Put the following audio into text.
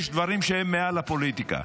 יש דברים שהם מעל הפוליטיקה.